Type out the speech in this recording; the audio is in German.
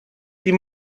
die